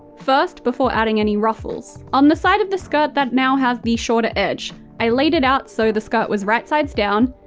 first, before adding any ruffles. on the side of the skirt that now has the shorter edge, i laid it out so the skirt was right-sides down,